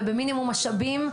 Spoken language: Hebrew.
ובמינימום משאבים,